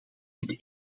het